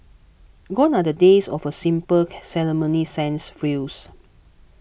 gone are the days of a simple ceremony sans frills